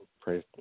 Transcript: Praise